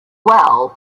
well